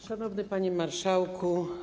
Szanowny Panie Marszałku!